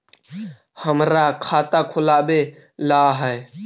हमरा खाता खोलाबे ला है?